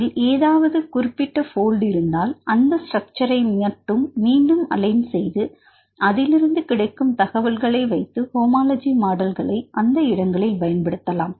அதில் ஏதாவது குறிப்பிட்ட போல்ட் இருந்தால் அந்த ஸ்ட்ரக்சர்சை மட்டும் மீண்டும் அலைன் செய்து அதிலிருந்து கிடைக்கும் தகவல்களை வைத்து ஹோமோலஜி மாடலிங் அந்த இடங்களில் பயன் படுத்தலாம்